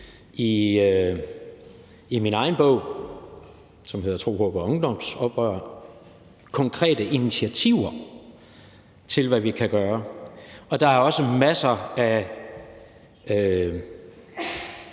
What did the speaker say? i min egen bog, som hedder »Tro og håb og ungdomsoprør«, konkrete initiativer til, hvad vi kan gøre. Der er også masser af